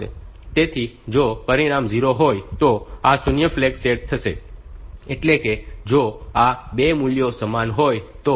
તેથી જો પરિણામ 0 હોય તો આ શૂન્ય ફ્લેગ સેટ થશે એટલે કે જો આ 2 મૂલ્યો સમાન હોય તો